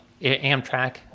Amtrak